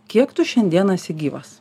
kiek tu šiandien esi gyvas